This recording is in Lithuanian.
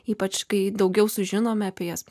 ypač kai daugiau sužinome apie jas